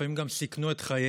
ולפעמים גם סיכנו את חייהם.